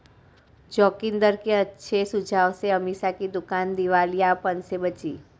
जोगिंदर के अच्छे सुझाव से अमीषा की दुकान दिवालियापन से बची